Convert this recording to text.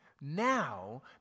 Now